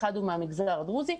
אחד הוא מהמגזר הדרוזי.